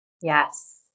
Yes